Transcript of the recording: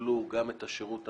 שיקבלו גם את השירות המגיע,